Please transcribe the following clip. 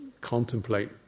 contemplate